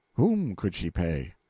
whom could she pay?